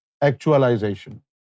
actualization